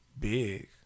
big